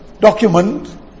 document